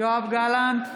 יואב גלנט,